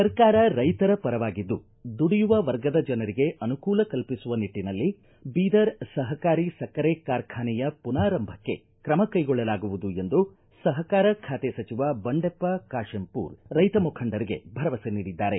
ಸರ್ಕಾರ ರೈತರ ಪರವಾಗಿದ್ದು ದುಡಿಯುವ ವರ್ಗದ ಜನರಿಗೆ ಅನುಕೂಲ ಕಲ್ಪಿಸುವ ನಿಟ್ಟನಲ್ಲಿ ಬೀದರ ಸಹಕಾರಿ ಸಕ್ಕರೆ ಕಾರ್ಖಾನೆಯ ಮನಾರಂಭಕ್ಕೆ ತ್ರಮ ಕೈಗೊಳ್ಳಲಾಗುವುದು ಎಂದು ಸಹಕಾರ ಖಾತೆ ಸಚಿವ ಬಂಡೆಪ್ಪ ಕಾಶೆಂಪೂರ ರೈತ ಮುಖಂಡರಿಗೆ ಭರವಸ ನೀಡಿದ್ದಾರೆ